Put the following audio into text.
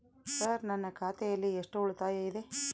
Sir ನನ್ನ ಖಾತೆಯಲ್ಲಿ ಎಷ್ಟು ಉಳಿತಾಯ ಇದೆ?